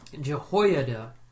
Jehoiada